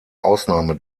ausnahme